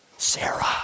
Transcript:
Sarah